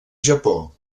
japó